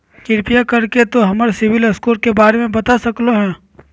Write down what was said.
कृपया कर के तों हमर सिबिल स्कोर के बारे में बता सकलो हें?